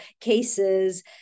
cases